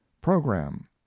Program